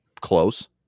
close